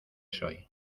soy